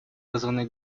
вызванной